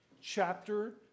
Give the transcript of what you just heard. chapter